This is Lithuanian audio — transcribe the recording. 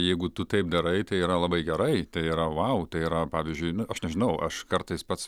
jeigu tu taip darai tai yra labai gerai tai yra vau tai yra pavyzdžiui aš nežinau aš kartais pats